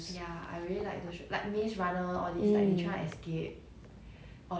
yes yes oh my god I like those show mmhmm